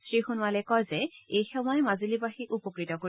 শ্ৰী সোণোৱালে কয় যে এই সেৱাই মাজুলীবাসীক উপকৃত কৰিব